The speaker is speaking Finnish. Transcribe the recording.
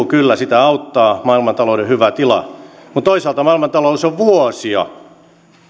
kyllä sitä auttaa maailmantalouden hyvä tila mutta toisaalta maailmantalous on jo vuosia